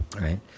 right